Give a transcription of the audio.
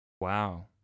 Wow